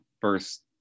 first